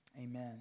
Amen